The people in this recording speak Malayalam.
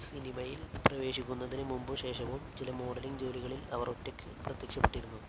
സിനിമയിൽ പ്രവേശിക്കുന്നതിന് മുമ്പും ശേഷവും ചില മോഡലിംഗ് ജോലികളിൽ അവര് ഒറ്റയ്ക്ക് പ്രത്യക്ഷപ്പെട്ടിരുന്നു